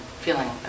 feeling